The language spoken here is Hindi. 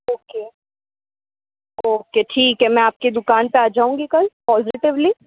ओके ओके ठीक है मैं आपकी दुकान पे आ जाउंगी कल पॉज़िटिवली